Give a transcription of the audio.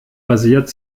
basiert